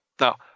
Now